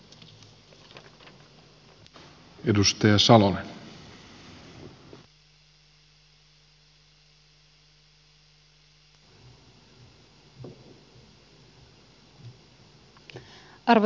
arvoisa puhemies